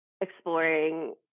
exploring